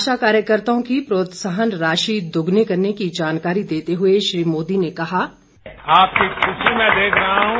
आशा कार्यकर्ताओं की प्रोत्साहन राशि दोगुनी करने की जानकारी देते हुए श्री मोदी ने कहा आपकी खुशी मैं देख रहा हूं